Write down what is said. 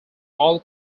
all